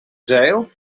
jail